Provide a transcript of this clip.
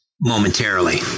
momentarily